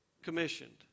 Commissioned